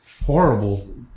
horrible